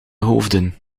hoofden